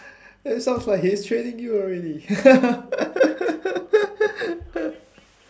sounds like he is training you already